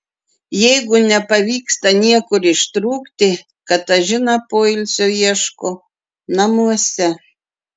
jeigu nepavyksta niekur ištrūkti katažina poilsio ieško namuose